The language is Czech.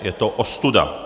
Je to ostuda.